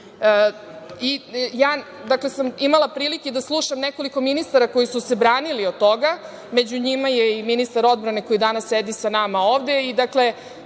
stanja. Ja sam imala prilike da slušam nekoliko ministara koji su se branili od toga. Među njima je i ministar odbrane koji danas sedi sa nama ovde. Ja